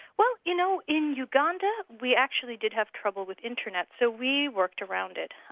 well you know, in uganda we actually did have trouble with internet, so we worked around it.